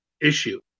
issue